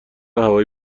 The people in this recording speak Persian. هوایی